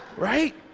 right?